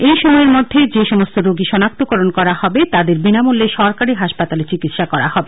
এই সময়ে যে সমস্ত রোগী সনাক্তকরণ করা হবে তাদের বিনামূল্যে সরকারি হাসপাতালে চিকিৎসা করা হবে